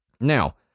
Now